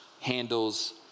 handles